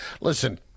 Listen